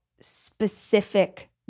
specific